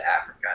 Africa